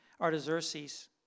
Artaxerxes